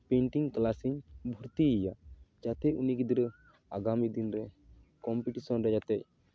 painting class ᱨᱤᱧ ᱵᱷᱚᱨᱛᱤᱭᱮᱭᱟ ᱡᱟᱛᱮ ᱩᱱᱤ ᱜᱤᱫᱽᱨᱟᱹ ᱟᱜᱟᱢᱤ ᱫᱤᱱᱨᱮ ᱠᱚᱢᱯᱤᱴᱤᱥᱮᱱ ᱨᱮ ᱡᱟᱛᱮ